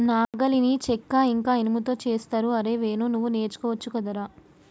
నాగలిని చెక్క ఇంక ఇనుముతో చేస్తరు అరేయ్ వేణు నువ్వు నేర్చుకోవచ్చు గదరా